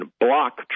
block